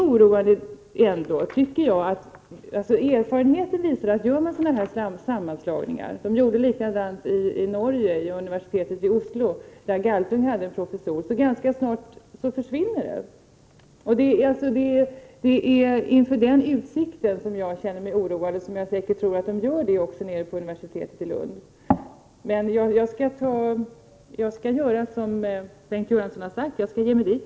Erfarenhetsmässigt vet vi att om man gör sammanslagningar — man har gjort så i Norge vid universitetet i Oslo, där Galtung hade en professur — försvinner självständigheten ganska snart. Inför den utsikten känner jag mig oroad, och jag tror att man gör det också vid universitetet i Lund. Jag skall göra som Bengt Göransson sade och genast ta mig dit.